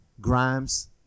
Grimes